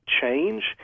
change